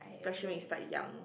pressuring start young